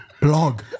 Blog